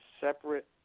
separate